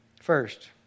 First